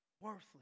Worthless